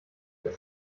das